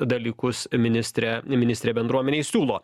dalykus ministrė ministrė bendruomenei siūlo